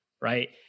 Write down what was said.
right